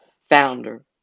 founder